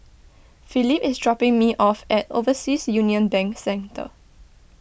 Philip is dropping me off at Overseas Union Bank Centre